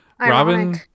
robin